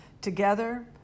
Together